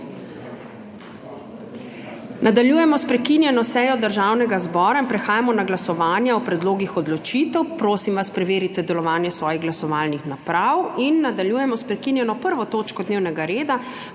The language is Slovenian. Nadaljujemo s prekinjeno sejo Državnega zbora in prehajamo na glasovanje o predlogih odločitev. Prosim vas, da preverite delovanje svojih glasovalnih naprav. Nadaljujemo s prekinjeno 1. točko dnevnega reda,